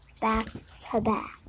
back-to-back